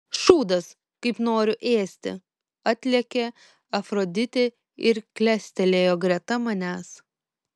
šūdas kaip noriu ėsti atlėkė afroditė ir klestelėjo greta manęs